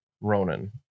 Ronan